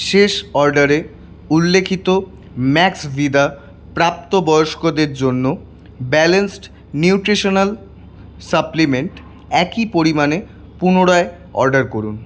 শেষ অর্ডারে উল্লিখিত ম্যাক্সভিদা প্রাপ্তবয়স্কদের জন্য ব্যালেন্সড নিউট্রিশনাল সাপ্লিমেন্ট একই পরিমাণে পুনরায় অর্ডার করুন